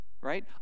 right